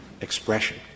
expression